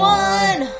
one